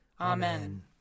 Amen